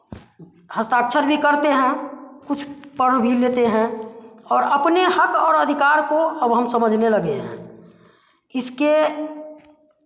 हस्ताक्षर भी करते हैं कुछ पढ़ भी लेते हैं और अपने हक और अधिकार को हम समझने लगे हैं इसके